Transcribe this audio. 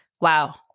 wow